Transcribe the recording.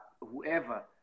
whoever